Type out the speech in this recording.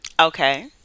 Okay